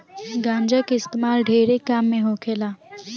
गांजा के इस्तेमाल ढेरे काम मे होखेला